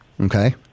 okay